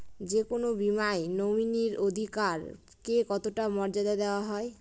যে কোনো বীমায় নমিনীর অধিকার কে কতটা মর্যাদা দেওয়া হয়?